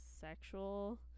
sexual